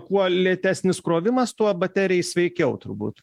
kuo lėtesnis krovimas tuo baterijai sveikiau turbūt